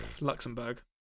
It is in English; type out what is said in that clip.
Luxembourg